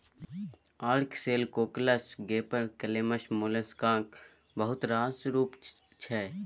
ark shell, cockles, gaper clams मोलेस्काक बहुत रास रुप छै